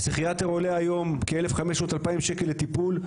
פסיכיאטר עולה היום כ-1,500-2,000 שקלים לטיפול.